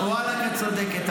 ואללק, את צודקת.